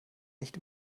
nicht